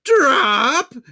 drop